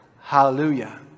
Hallelujah